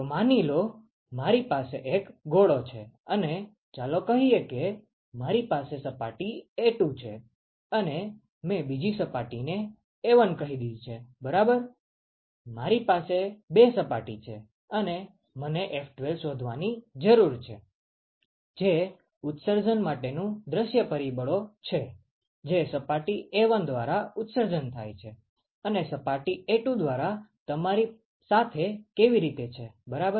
તો માની લો મારી પાસે એક ગોળો છે અને ચાલો કહીએ કે મારી પાસે સપાટી A2 છે અને મેં બીજી સપાટી ને A1 કહી દીધી છે બરાબર મારી પાસે બે સપાટી છે અને મને F12 શોધવાની જરૂર છે જે ઉત્સર્જન માટેનું દૃશ્ય પરિબળો છે જે સપાટી A1 દ્વારા ઉત્સર્જન થાય છે અને સપાટી A2 દ્વારા તમારી સાથે કેવી રીતે છે બરાબર